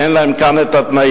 כי אין להם כאן התנאים.